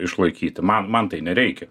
išlaikyti man man tai nereikia